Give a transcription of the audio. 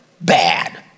bad